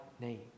name